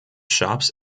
shops